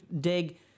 dig